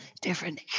different